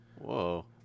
Whoa